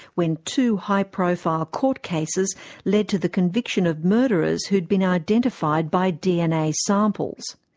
when two high profile court cases led to the conviction of murderers who had been identified by dna samples.